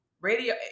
radio